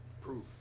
proof